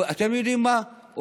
אתם יודעים מה, צריך לסיים.